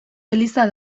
eliza